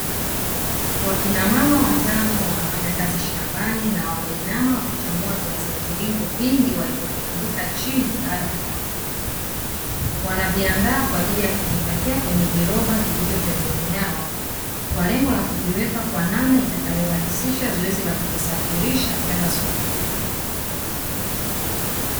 Wakina mama watano wanafanya kazi shambani na wameinama wakichambua viazi mviringo vingi walivyo virundika chini baada ya mavuno. Wanaviandaa kwajili ya kuvipakia kwenye viroba vilivyo pembeni yao namna ya kuvirahisisha kuvisafirisha kwenda sokoni.